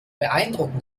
beeindrucken